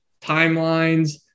timelines